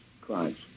crimes